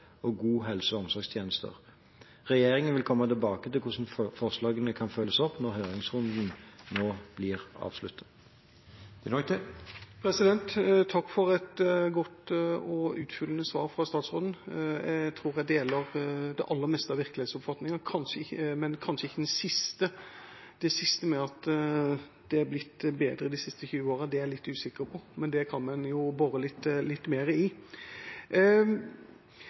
og gode helse- og omsorgstjenester. Regjeringen vil komme tilbake til hvordan forslagene kan følges opp, når høringsrunden nå blir avsluttet. Takk for et godt og utfyllende svar fra statsråden. Jeg tror jeg deler de aller fleste av virkelighetsoppfatningene, men kanskje ikke den siste, det med at det er blitt bedre de siste 20 årene – det er jeg litt usikker på. Men det kan man jo bore litt mer i.